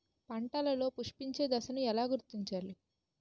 పంటలలో పుష్పించే దశను ఎలా గుర్తించాలి?